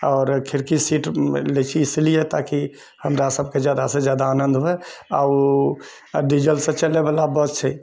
आओर खिड़की सीट लेइ छी इसलिए ताकि हमरा सभकेँ जादासँ जादा आनन्द हुए आ ओ डीजलसँ चलए बला बस छै